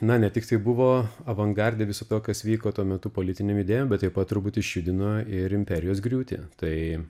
na ne tiktai buvo avangarde viso to kas vyko tuo metu politinėm idėjom bet taip pat turbūt išjudino ir imperijos griūtį tai